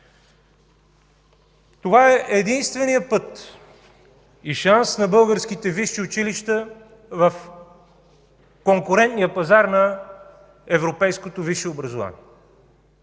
Това е единственият път и шанс на българските висши училища в конкурентния пазар на европейското висше образование.